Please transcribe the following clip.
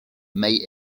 may